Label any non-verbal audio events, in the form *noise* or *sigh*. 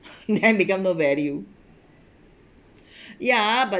*laughs* then become no value ya but